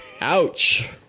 ouch